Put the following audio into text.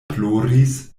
ploris